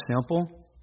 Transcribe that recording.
simple